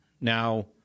now